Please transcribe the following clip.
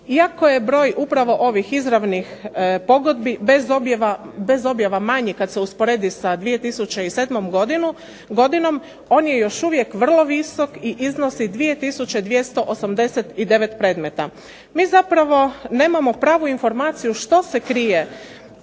Iako je broj upravo ovih izravnih pogodbi bez objava manje kad se usporedi sa 2007. godinom on je još uvijek vrlo visok i iznosi 2 tisuće 289 predmeta. Mi zapravo nemamo pravu informaciju što se krije